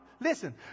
Listen